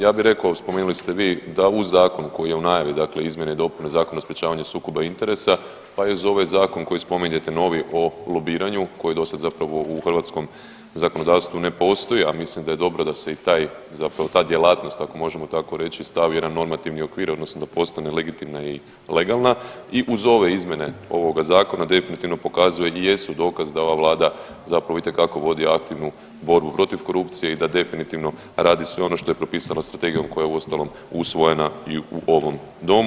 Ja bih rekao, spomenuli ste vi, da uz zakon koji je u najavi, dakle izmjene i dopune Zakona o sprječavanju sukoba interesa, pa i uz ovaj zakon koji spominjete novi, o lobiranju, koji dosad zapravo u hrvatskom zakonodavstvu ne postoji, a mislim da je dobro da se i taj, zapravo ta djelatnost, ako možemo tako reći, stavi u jedan normativni okvir, odnosno postane legitimna i legalna i uz ove izmjene ovoga zakona, definitivno pokazuje i jesu dokaz da ova Vlada zapravo itekako vodi aktivnu borbu protiv korupcije i da definitivno radi sve ono što je propisala Strategijom koja je usvojena i u ovom Domu.